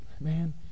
man